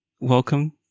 Welcome